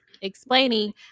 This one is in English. explaining